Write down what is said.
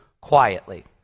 quietly